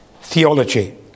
theology